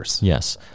Yes